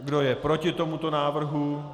Kdo je proti tomuto návrhu?